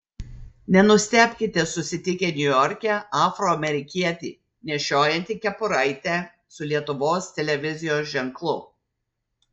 nenustebkite susitikę niujorke afroamerikietį nešiojantį kepuraitę su lietuvos televizijos ženklu